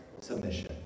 submission